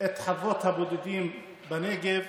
את חוות הבודדים בנגב,